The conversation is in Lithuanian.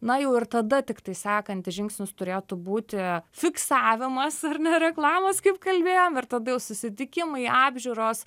na jau ir tada tiktai sekantis žingsnis turėtų būti fiksavimas ar ne reklamos kaip kalbėjom ir tada jau susitikimai apžiūros